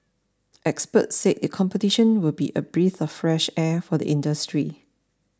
experts said it competition will be a breath of fresh air for the industry